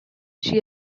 she